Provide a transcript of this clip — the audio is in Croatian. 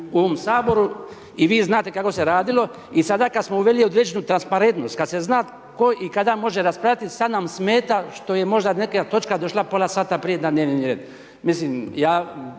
u ovom Saboru i vi znate kako se radilo i sada kada smo uveli određenu transparentnost, kada se zna tko i kada može raspravljati, sada nam smeta što je možda točka došla pola sata prije na dnevni red. Mislim ja